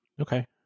Okay